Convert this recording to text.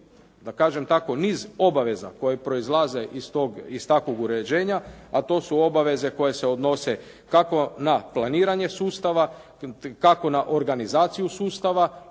da kažem tako niz obaveza koje proizlaze iz takvog uređenja, a to su obaveze koje se odnose kako na planiranje sustava, kako na organizaciju sustava